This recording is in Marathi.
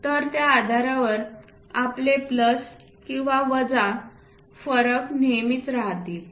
तर त्या आधारावर आपले प्लस आणि वजा फरक नेहमीच राहतील